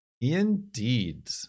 Indeed